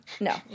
No